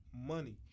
money